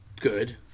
good